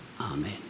Amen